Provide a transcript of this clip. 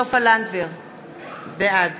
בעד